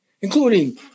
including